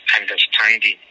understanding